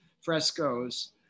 frescoes